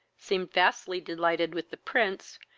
seemed vastly delighted with the prints,